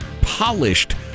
polished